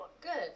Good